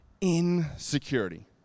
Insecurity